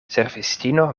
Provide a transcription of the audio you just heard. servistino